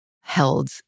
held